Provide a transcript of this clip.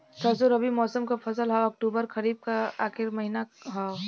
सरसो रबी मौसम क फसल हव अक्टूबर खरीफ क आखिर महीना हव